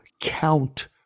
count